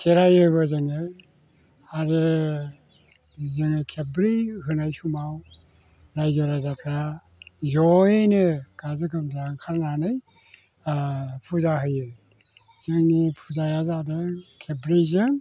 खेराइयोबो जोङो आरो जोङो खेबब्रै होनाय समाव रायजो राजाफ्रा जयैनो गाजा गोमजा ओंखारनानै फुजा होयो जोंनि फुजाया जादों खेबब्रैजों